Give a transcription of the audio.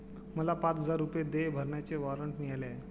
मला पाच हजार रुपये देय भरण्याचे वॉरंट मिळाले आहे